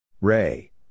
Ray